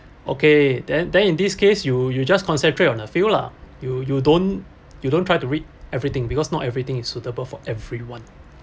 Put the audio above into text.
okay then then in this case you you just concentrate on a few lah you you don't you don't try to read everything because not everything is suitable for everyone